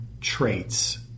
traits